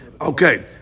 Okay